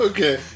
Okay